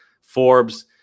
Forbes